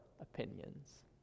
opinions